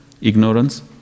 ignorance